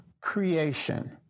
creation